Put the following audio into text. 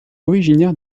originaire